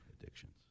addictions